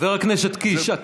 חבר הכנסת קיש,